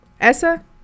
Essa